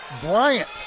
Bryant